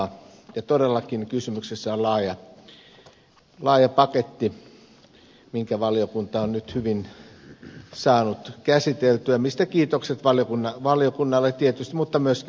ja todellakin kysymyksessä on laaja paketti minkä valiokunta on nyt hyvin saanut käsiteltyä mistä kiitokset valiokunnalle tietysti mutta myöskin valiokuntaneuvoksille